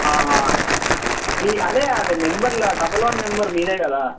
అదే అదే నెంబర్ల డబల్ వన్ నెంబర్ మీదే కదా